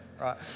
right